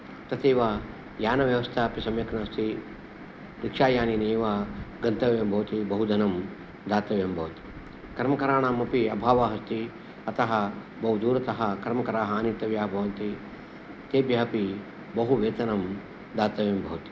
तथैव यानव्यवस्था अपि सम्यक् नास्ति रिक्षायानेनैव गन्तव्यं भवति बहु धनं दातव्यं भवति कर्मकराणामपि अभावः अस्ति अतः बहु दूरतः कर्मकराः आनेतव्यः भवति तेभ्यः अपि बहु वेतनं दातव्यं भवति